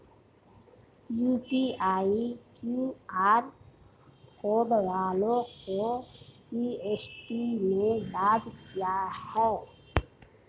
UPI QR code वालों को GST में लाभ क्या है?